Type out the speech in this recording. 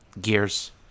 Gears